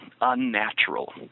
unnatural